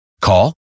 Call